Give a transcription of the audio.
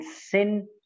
sin